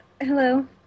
Hello